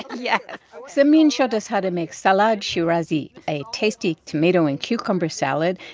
yeah samin showed us how to make salad shirazi, a tasty tomato and cucumber salad,